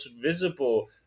visible